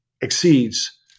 exceeds